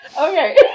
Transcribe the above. Okay